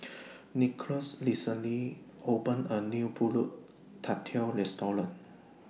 Nicklaus recently opened A New Pulut Tatal Restaurant